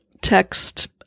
text